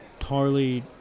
Tarly